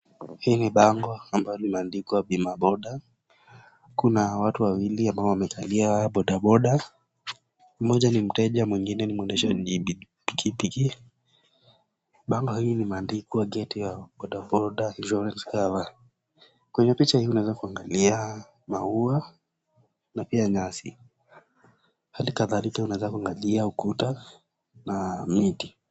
Hii ni bango ambayo imeandikwa bima boda boda, kuna watu wawili ambao wamekalia boda boda, mmoja ni mteja mwingine ni mwendeshaji pikipiki, bango hili limeandikwa Get your boda boda insurance cover . Kwenye picha hii unaweza kuangalia maua, na pia nyasi, hali kadhalika unaweza kuangalia ukuta na miti.